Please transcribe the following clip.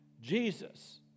Jesus